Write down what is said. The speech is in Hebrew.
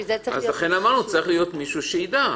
אמרנו שצריך להיות מישהו שידע.